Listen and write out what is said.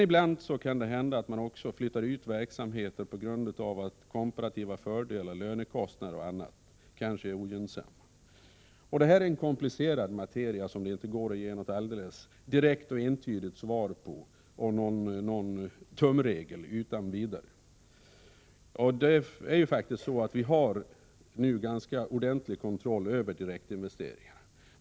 Ibland kan det hända att företag flyttar ut verksamheter på grund av att det ger komparativa fördelar — i fråga om t.ex. lönekostnader. Det här är en komplicerad materia där det inte går att ge någon direkt och entydig tumregel. Faktum är att vi har nu ganska ordentlig kontroll över direktinvesteringar.